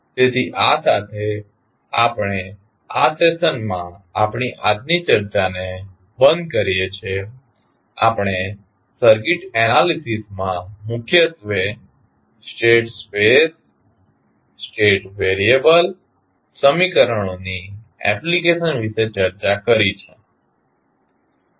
તેથી આ સાથે આપણે આ સેશનમાં આપણી આજની ચર્ચાને બંધ કરીએ છીએ આપણે સર્કિટ એનાલીસીસમાં મુખ્યત્વે સ્ટેટ સ્પેસ સ્ટેટ વેરિયેબલ સમીકરણોની એપ્લિકેશન વિશે ચર્ચા કરી છે